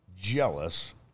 jealous